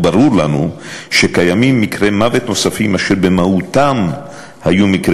וברור לנו שקיימים מקרי מוות נוספים אשר במהותם היו מקרי